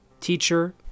teacher